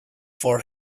for